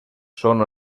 son